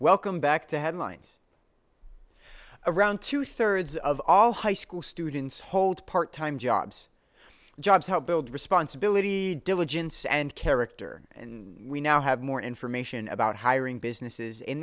welcome back to headlines around two thirds of all high school students hold part time jobs jobs help build responsibility diligence and character and we now have more information about hiring businesses in